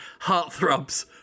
heartthrobs